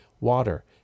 water